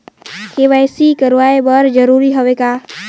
KYC कराय बर जरूरी हवे का?